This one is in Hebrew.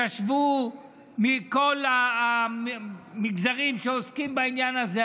ישבו מכל המגזרים שעוסקים בעניין הזה,